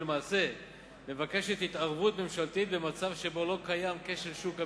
ולמעשה מבקשת התערבות ממשלתית במצב שבו לא קיים כשל שוק אמיתי.